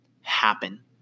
happen